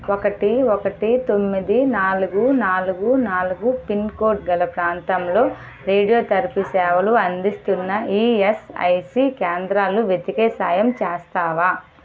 ఒకటి ఒకటి తొమ్మిది నాలుగు నాలుగు నాలుగు పిన్కోడ్ గల ప్రాంతంలో రేడియోథెరపీ సేవలు అందిస్తున్న ఈఎస్ఐసీ కేంద్రాలు వెతికే సాయం చేస్తావా